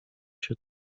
się